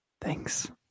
Thanks